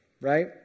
Right